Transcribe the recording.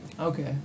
Okay